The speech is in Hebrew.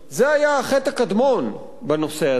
זה היה החטא הקדמון בנושא הזה,